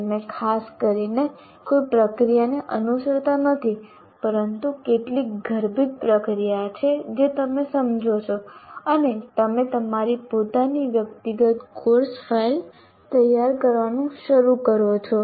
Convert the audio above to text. તમે ખાસ કરીને કોઈ પ્રક્રિયાને અનુસરતા નથી પરંતુ કેટલીક ગર્ભિત પ્રક્રિયા છે જે તમે સમજો છો અને તમે તમારી પોતાની વ્યક્તિગત કોર્સ ફાઇલ તૈયાર કરવાનું શરૂ કરો છો